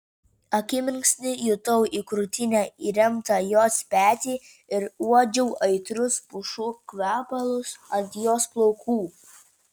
akimirksnį jutau į krūtinę įremtą jos petį ir uodžiau aitrius pušų kvepalus ant jos plaukų